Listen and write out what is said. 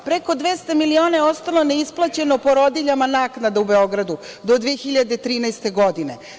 Preko 200.000.000 je ostalo neisplaćeno porodiljama naknada u Beogradu do 2013. godine.